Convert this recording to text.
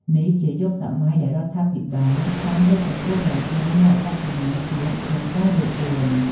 នេះជាយុគសម័យដែលរដ្ឋាភិបាលបានលើកកម្ពស់យ៉ាងខ្លាំងនូវអត្តសញ្ញាណជាតិ និងការរួបរួម។